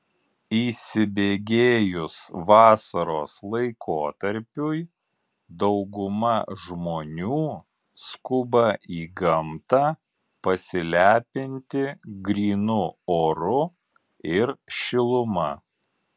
įsibėgėjus vasaros laikotarpiui dauguma žmonių skuba į gamtą pasilepinti grynu oru ir šiluma